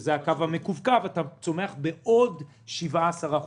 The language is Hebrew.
שזה הקו המקווקו בעוד 17%,